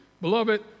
Beloved